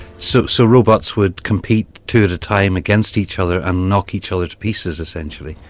so so robots would compete two at a time against each other and knock each other to pieces, essentially.